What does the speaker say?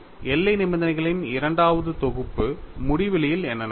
எல்லை நிபந்தனைகளின் இரண்டாவது தொகுப்பு முடிவிலியில் என்ன நடக்கும்